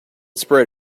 sprayed